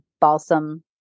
balsam